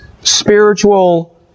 spiritual